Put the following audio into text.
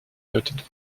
noted